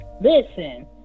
listen